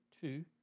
two